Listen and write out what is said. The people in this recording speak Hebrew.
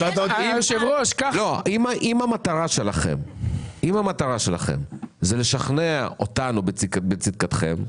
--- אם המטרה שלכם לשכנע אותנו בצדקתכם,